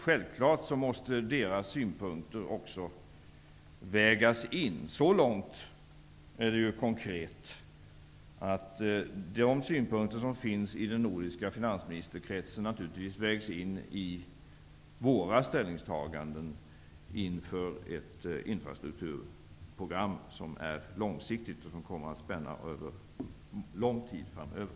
Självklart måste finansministrarnas synpunkter också vägas in. Så långt är det konkret att de synpunkter som förs fram i de nordiska finansministerkretsarna vägs in i våra ställningstaganden inför ett infrastrukturprogram, som är långsiktigt. Det kommer att spänna över en lång tid framöver.